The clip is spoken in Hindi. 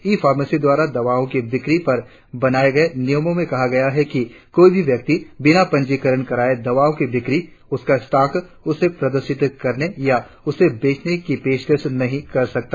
ई फार्मसी द्वारा दवाओ की बिक्री पर बनाए गए नियमों में कहा है कि कोई भी व्यक्ति बिना पंजीकरण कराए दवाओ की बिक्री उसका स्टाँक उसे प्रदर्शित करने या उसे बेचने की पेशकश नही कर सकता